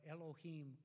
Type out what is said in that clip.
Elohim